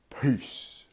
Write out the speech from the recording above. Peace